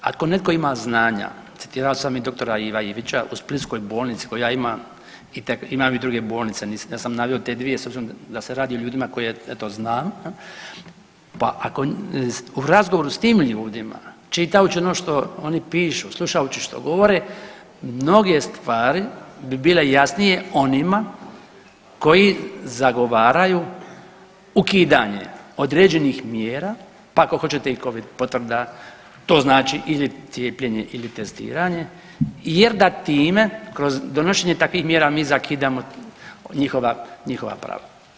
Ako netko ima znanja, citirao sam i dr. Iva Ivića u splitskoj bolnici koja ima .../nerazumljivo/... imam i druge bolnice, ja sam naveo te dvije s obzirom da se radi o ljudima koje, eto, znam, pa ako u razgovoru s tim ljudima, čitajući ono što oni pišu, slušajući što govore, mnoge stvari bi bile jasnije onima koji zagovaraju ukidanje određenih mjera, pa ako hoćete i Covid potvrda, to znači ili cijepljenje ili testiranje jer da time kroz donošenje takvih mjera mi zakidamo njihova prava.